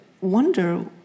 wonder